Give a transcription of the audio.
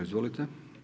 Izvolite.